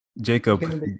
Jacob